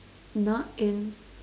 not in